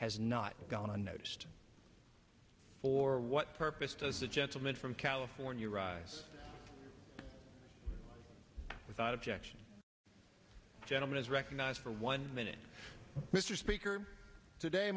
has not gone unnoticed for what purpose does the gentleman from california arise without objection gentleman is recognized for one minute mr speaker today